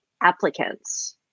applicants